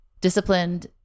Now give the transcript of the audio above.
disciplined